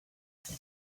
there